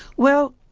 well